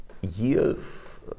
years